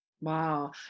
Wow